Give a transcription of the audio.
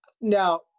Now